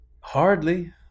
Hardly